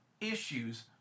issues